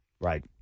Right